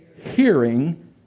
hearing